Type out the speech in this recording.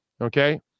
okay